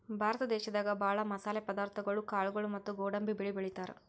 ಭಾರತ ದೇಶದಾಗ ಭಾಳ್ ಮಸಾಲೆ ಪದಾರ್ಥಗೊಳು ಕಾಳ್ಗೋಳು ಮತ್ತ್ ಗೋಡಂಬಿ ಬೆಳಿ ಬೆಳಿತಾರ್